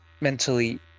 mentally